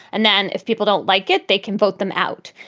and then if people don't like it, they can vote them out.